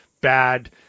bad